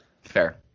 Fair